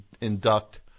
induct